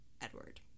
Edward